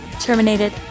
terminated